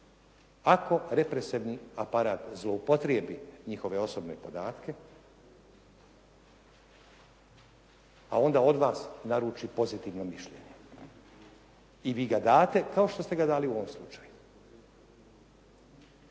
ako represivni aparat zloupotrijebi njihove osobne podatke, a onda od vas naruči pozitivo mišljenje. I vi ga date, kao što ste ga dali u ovom slučaju.